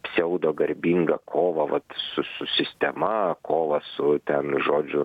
pseudo garbingą kovą vat su su sistema kovą su ten žodžiu